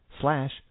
slash